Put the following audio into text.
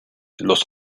los